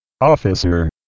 officer